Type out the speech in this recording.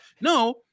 No